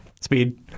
Speed